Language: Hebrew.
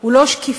הוא לא שקיפות,